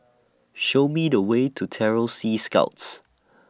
Show Me The Way to Terror Sea Scouts